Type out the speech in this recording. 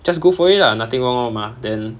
just go for it lah nothing wrong [one] mah then